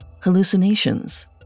hallucinations